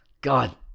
God